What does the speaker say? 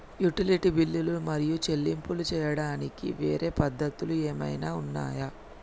Utility బిల్లులు మరియు చెల్లింపులు చేయడానికి వేరే పద్ధతులు ఏమైనా ఉన్నాయా?